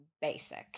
basic